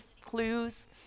clues